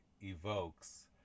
evokes